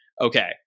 Okay